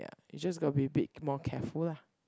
ya you just got to be a bit more careful lah